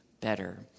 better